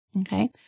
okay